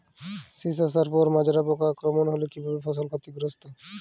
শীষ আসার পর মাজরা পোকার আক্রমণ হলে কী ভাবে ফসল ক্ষতিগ্রস্ত?